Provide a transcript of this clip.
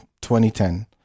2010